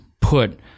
put